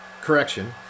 correction